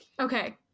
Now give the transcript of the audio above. Okay